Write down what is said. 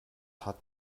hat